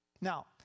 Now